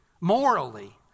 morally